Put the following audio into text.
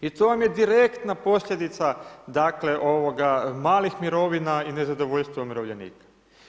I to vam je direktna posljedica dakle, malih mirovina i nezadovoljstvo umirovljenika.